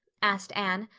asked anne.